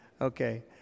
Okay